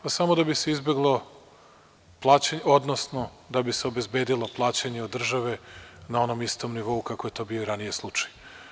Pa, samo da bi se izbeglo plaćanje, odnosno da bi se obezbedilo plaćanje od države na onom istom nivou kako je to bio ranije slučaj.